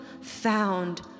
found